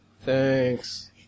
Thanks